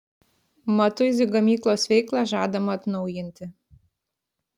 matuizų gamyklos veiklą žadama atnaujinti